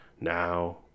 now